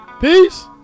Peace